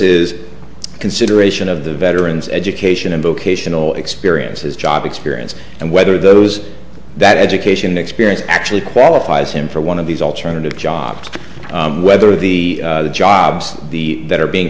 a consideration of the veterans education and vocational experiences job experience and whether those that education experience actually qualifies him for one of these alternative jobs whether the jobs the that are being